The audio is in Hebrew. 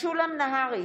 משולם נהרי,